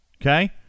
okay